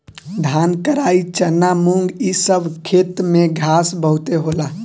धान, कराई, चना, मुंग इ सब के खेत में घास बहुते होला